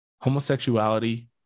homosexuality